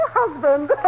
husband